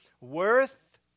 worth